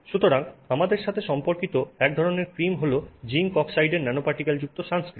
সুতরাং আমাদের সাথে সম্পর্কিত এক ধরনের ক্রিম হল জিংক অক্সাইডের ন্যানোপার্টিকেল যুক্ত সানস্ক্রিন